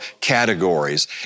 categories